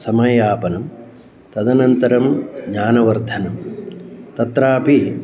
समययापनं तदनन्तरं ज्ञानवर्धनं तत्रापि